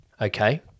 Okay